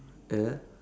uh !huh!